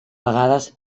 vegades